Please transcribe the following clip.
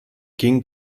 ging